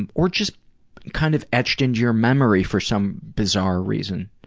and or just kind of etched into your memory for some bizarre reason?